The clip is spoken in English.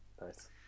Nice